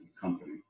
company